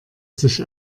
sich